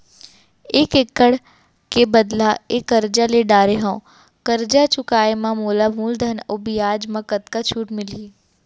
एक एक्कड़ के बदला म करजा ले डारे हव, करजा चुकाए म मोला मूलधन अऊ बियाज म कतका छूट मिलही?